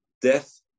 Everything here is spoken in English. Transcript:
death